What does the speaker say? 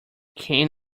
can